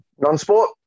Non-sport